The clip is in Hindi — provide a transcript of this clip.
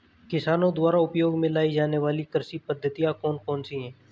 किसानों द्वारा उपयोग में लाई जाने वाली कृषि पद्धतियाँ कौन कौन सी हैं?